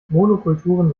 monokulturen